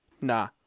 Nah